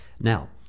Now